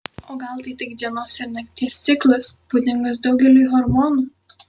o gal tai tik dienos ir nakties ciklas būdingas daugeliui hormonų